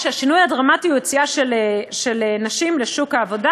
כשהשינוי הדרמטי הוא יציאה של נשים לשוק העבודה.